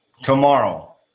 Tomorrow